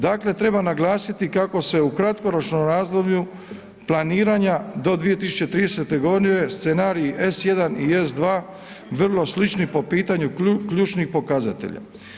Dakle, treba naglasiti kao se u kratkoročnom razdoblju planiranja do 2030. godine scenarij S jedan i S dva vrlo slični po pitanju ključnih pokazatelja.